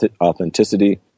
authenticity